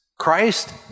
Christ